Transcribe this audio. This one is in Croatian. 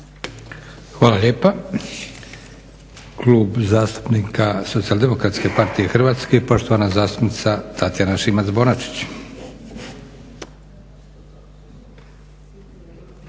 Hvala lijepa. Klub zastupnika SDP-a Hrvatske i poštovana zastupnica Tatjana Šimac-Bonačić.